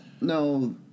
no